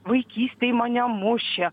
vaikystėj mane mušė